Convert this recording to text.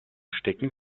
stecken